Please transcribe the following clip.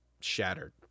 shattered